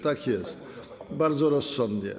Tak jest, bardzo rozsądnie.